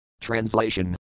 Translation